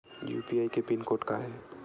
UPI के PIN code का हे?